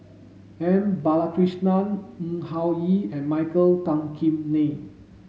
M Balakrishnan Ng Hing Yee and Michael Tan Kim Nei